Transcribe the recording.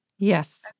Yes